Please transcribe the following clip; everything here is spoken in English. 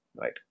right